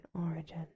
origin